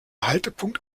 haltepunkt